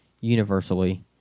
universally